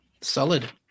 Solid